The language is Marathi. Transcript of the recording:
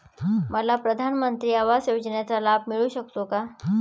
मला प्रधानमंत्री आवास योजनेचा लाभ मिळू शकतो का?